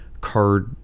card